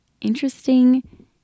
interesting